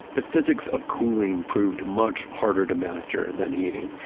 the physics of cooling proved much harder to master than heating,